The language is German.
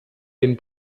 den